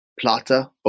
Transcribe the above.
plata